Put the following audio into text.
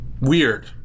Weird